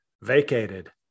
vacated